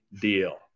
deal